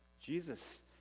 Jesus